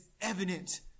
evident